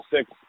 six